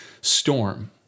storm